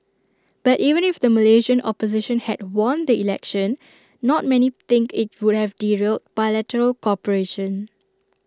but even if the Malaysian opposition had won the election not many think IT would have derailed bilateral cooperation